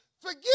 forget